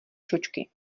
čočky